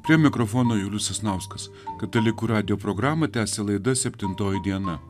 prie mikrofono julius sasnauskas katalikų radijo programą tęsia laida septintoji diena